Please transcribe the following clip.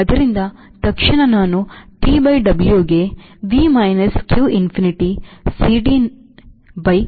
ಆದ್ದರಿಂದ ತಕ್ಷಣ ನಾನು TW ಗೆ V minus q infinity CD by W by S ಇದು